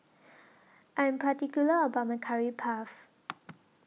I Am particular about My Curry Puff